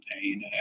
pain